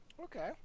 Okay